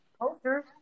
posters